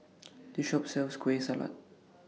This Shop sells Kueh Salat